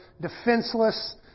defenseless